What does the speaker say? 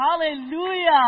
hallelujah